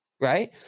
right